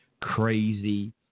crazy